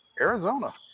Arizona